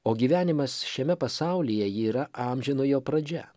o gyvenimas šiame pasaulyje yra amžinojo pradžia